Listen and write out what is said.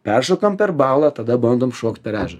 peršokam per balą tada bandom šokt per ežerą